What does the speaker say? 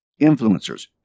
influencers